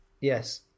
Yes